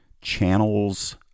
channels